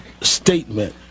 statement